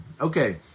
Okay